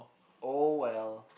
oh well